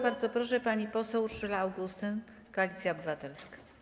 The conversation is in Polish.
Bardzo proszę, pani poseł Urszula Augustyn, Koalicja Obywatelska.